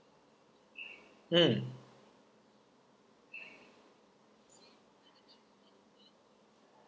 mm